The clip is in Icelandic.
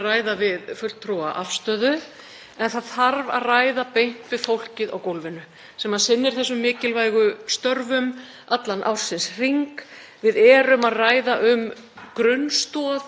Við erum að ræða um grunnstoð í réttarvörslukerfinu sem er auðvitað líka velferðarkerfi af því að það á að sjá til þess að betrun geti farið fram og mannréttindi fanga séu virt.